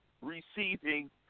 receiving